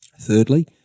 Thirdly